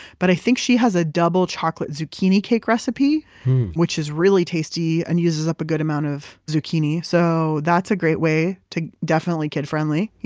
but i think she has a double chocolate zucchini cake recipe which is really tasty and uses up a good amount of zucchini. so that's a great way, definitely kid friendly